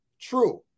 true